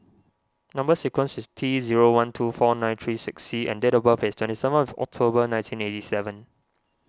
Number Sequence is T zero one two four nine three six C and date of birth is twenty seventh October nineteen eighty seven